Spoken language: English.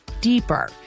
deeper